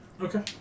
Okay